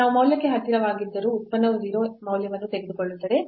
ನಾವು ಮೂಲಕ್ಕೆ ಹತ್ತಿರವಾಗಿದ್ದರೂ ಉತ್ಪನ್ನವು 0 ಮೌಲ್ಯವನ್ನು ತೆಗೆದುಕೊಳ್ಳುತ್ತದೆ